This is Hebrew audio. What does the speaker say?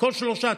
כל שלושה,